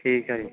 ਠੀਕ ਹੈ ਜੀ